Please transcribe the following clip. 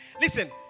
Listen